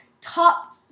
top